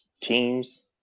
teams